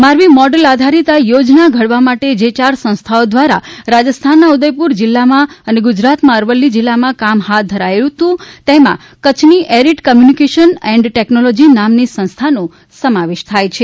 મારવી મોડેલ આધારિત આ યોજના ઘડવા માટે જે ચાર સંસ્થાઓ દ્વારા રાજસ્થાનના ઉદયપુર જિલ્લામાં અને ગુજરાત માં અરાવલી જિલ્લા માં કામ હાથ ધરાયેલું તેમાં કચ્છની એરિડ કોમ્યુનિકેશન એન્ડ ટેકનોલોજી નામની સંસ્થા નો સમાવેશ થાય છે